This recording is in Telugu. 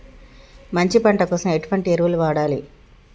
మంచి పంట కోసం ఎటువంటి ఎరువులు వాడాలి?